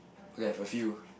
okay I foresee you